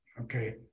okay